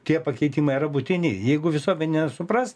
tie pakeitimai yra būtini jeigu visuomenė supras